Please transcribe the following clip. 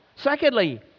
Secondly